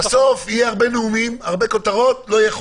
בסוף יהיו הרבה נאומים, הרבה כותרות ולא יהיה חוק.